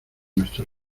nuestro